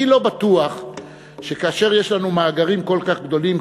אני לא בטוח שכאשר יש לנו מאגרים כל כך גדולים,